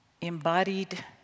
embodied